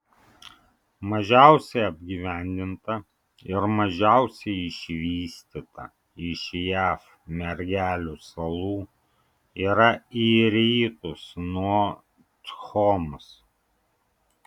mažiausiai apgyvendinta ir mažiausiai išvystyta iš jav mergelių salų yra į rytus nuo thomas